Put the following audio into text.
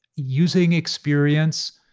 using experience,